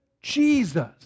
Jesus